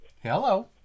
Hello